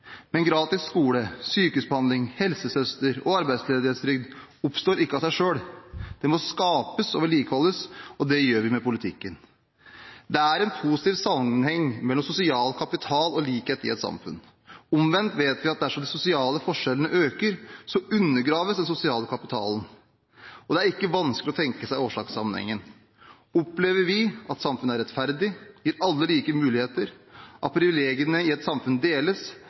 Men gratis skole, sykehusbehandling, helsesøster og arbeidsledighetstrygd oppstår ikke av seg selv. Det må skapes og vedlikeholdes, og det gjør vi med politikken. Det er en positiv sammenheng mellom sosial kapital og likhet i et samfunn. Omvendt vet vi at dersom de sosiale forskjellene øker, undergraves den sosiale kapitalen, og det er ikke vanskelig å tenke seg årsakssammenhengen. Opplever vi at samfunnet er rettferdig – gir alle like muligheter, at privilegiene i samfunnet deles